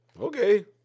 Okay